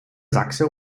sachse